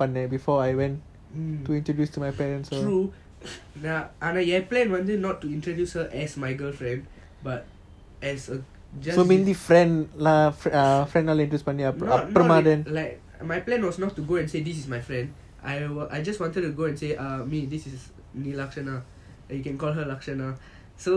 true ஆனா ஏன்:aana yean plan வந்து:vanthu not to introduce her as my girlfriend but as a friend not like not like my plan was not to go and say this is my friend I I just wanted to go and say err this is lashana you can call her lashana so